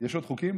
יש עוד חוקים?